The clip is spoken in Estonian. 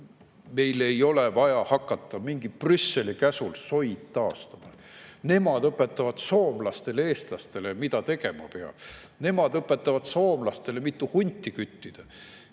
Meil ei ole vaja hakata Brüsseli käsul soid taastama. Nemad õpetavad soomlastele ja eestlastele, mida tegema peab! Nemad õpetavad soomlastele, mitu hunti küttida!